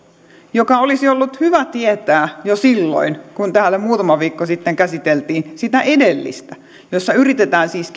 joka olisi ollut hyvä tietää jo silloin kun täällä muutama viikko sitten käsiteltiin sitä edellistä jossa yritetään siis